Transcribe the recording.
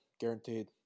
guaranteed